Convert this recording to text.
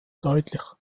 deutlich